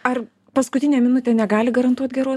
ar paskutinė minutė negali garantuot gerų